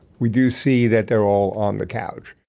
we do see that they're all on the couch.